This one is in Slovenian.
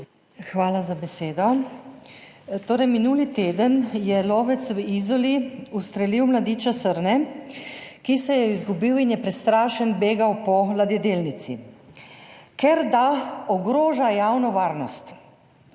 Hvala za besedo. Minuli teden je lovec v Izoli ustrelil mladiča srne, ki se je izgubil in je prestrašen begal po ladjedelnici, ker da ogroža javno varnost.